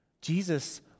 Jesus